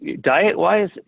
diet-wise